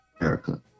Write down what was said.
america